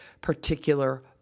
particular